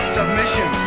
Submission